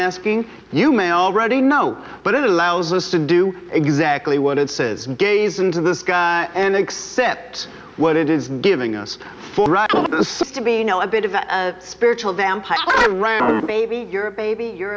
asking you may already know but it allows us to do exactly what it says and gaze into this guy and accept what it is giving us to be a bit of a spiritual vampire baby you're a baby you're